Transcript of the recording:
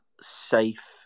safe